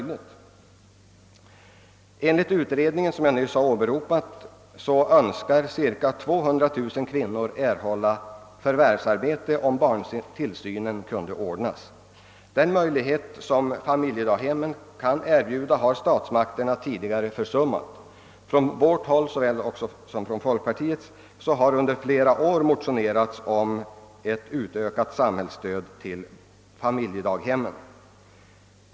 Enligt den utredning jag här åberopat önskar cirka 200 000 kvinnor förvärvsarbete, om barntillsynen kan ordnas. Den möjlighet som familjedaghemmen där kan erbjuda har tidigare försummats av statsmakterna. Centerpartiet och folkpartiet har under flera år motionerat om ökat samhällsstöd till familjedaghemmen.